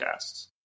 podcasts